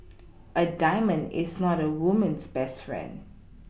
a diamond is not a woman's best friend